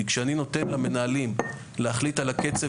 כי כשאני נותן למנהלים להחליט על הקצב